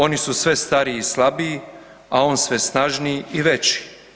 Oni su sve stariji i slabiji, a on sve snažniji i veći.